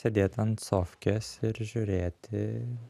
sėdėt ant sofkės ir žiūrėti